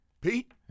Pete